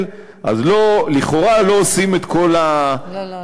אז לכאורה לא עושים את כל המאמצים.